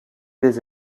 des